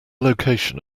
location